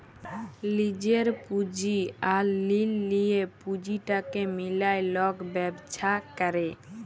লিজের পুঁজি আর ঋল লিঁয়ে পুঁজিটাকে মিলায় লক ব্যবছা ক্যরে